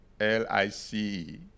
L-I-C